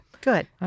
Good